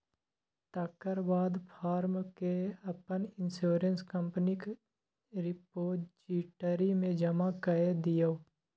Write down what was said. तकर बाद फार्म केँ अपन इंश्योरेंस कंपनीक रिपोजिटरी मे जमा कए दियौ